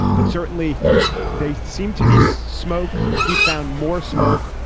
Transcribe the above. but certainly they seemed to be smoke. he found more smoke.